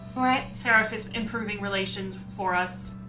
my staff is improving relations for us